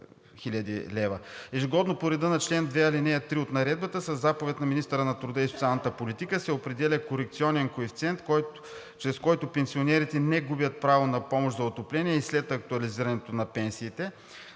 Ежегодно по реда на чл. 2, ал. 3 от Наредбата със заповед на министъра на труда и социалната политика се определя корекционен коефициент, чрез който пенсионерите не губят право на помощ за отопление и след актуализирането на пенсиите.